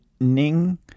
Ning